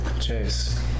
Chase